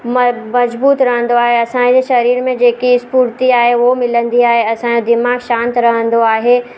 मज मज़बूतु रहंदो आहे असांजे शरीर में जेकी इस्फूर्ती आहे उहो मिलंदी आहे असांजो दिमाग़ु शांति रहंदो आहे